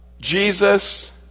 Jesus